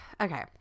okay